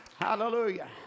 Hallelujah